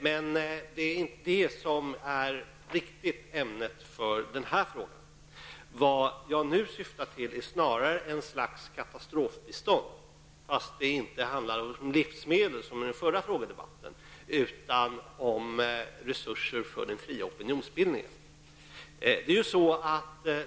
Men det är inte riktigt detta som är ämnet för denna fråga. Vad jag nu åsyftar är snarast ett slags katastrofbistånd, fastän det här inte handlar om livsmedel som under föregående frågedebatt utan om resurser för den fria opinionsbildningen.